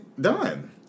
done